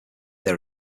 they